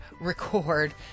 record